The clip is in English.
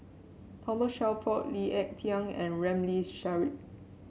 Thomas Shelford Lee Ek Tieng and Ramli Sarip